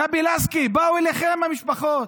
גבי לסקי, באו אליכם המשפחות,